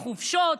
חופשות,